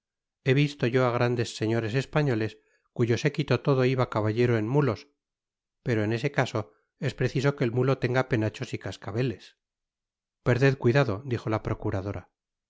he visto yo á grandes señores españoles cuyo séquito todo iba caballero en mulos pero en ese caso es preciso que el mulo tenga penachos y cascabeles perded cuidado dijo la procuradora